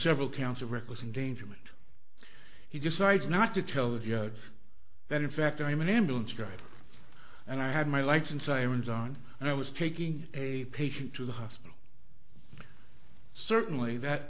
several counts of reckless endangerment he decides not to tell the judge that in fact i am an ambulance driver and i had my lights and sirens on and i was taking a patient to the hospital certainly that